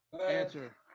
Answer